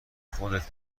خودت